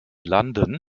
landen